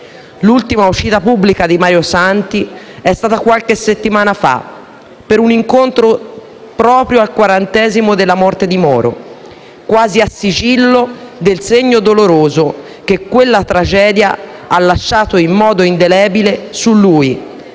L'ultima uscita pubblica di Mario Santi è stata qualche settimana fa per un incontro dedicato proprio al quarantesimo della morte di Moro, quasi a sigillo del segno doloroso che quella tragedia ha lasciato in modo indelebile su lui,